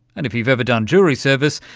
and if you've ever done jury service,